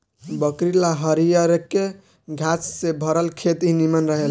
बकरी ला हरियरके घास से भरल खेत ही निमन रहेला